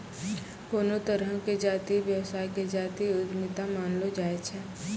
कोनो तरहो के जातीय व्यवसाय के जातीय उद्यमिता मानलो जाय छै